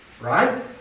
Right